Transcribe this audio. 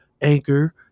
Anchor